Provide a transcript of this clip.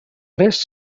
res